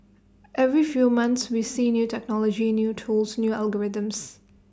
every few months we see new technology new tools new algorithms